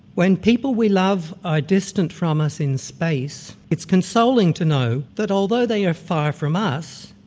when people we love are distant from us in space, it's consoling to know that although they are far from us,